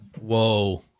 Whoa